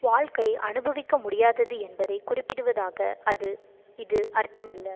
வாழ்க்கை அனுபவிக்க முடியாதது என்பதைக் குறிப்பிடுவதாக அது இது அர்த்தமல்ல